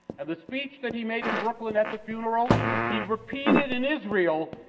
and the speech that he made in brooklyn at the funeral, he repeated in israel,